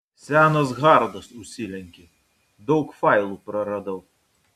senas hardas užsilenkė daug failų praradau